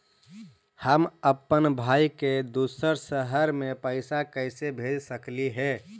हम अप्पन भाई के दूसर शहर में पैसा कैसे भेज सकली हे?